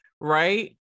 Right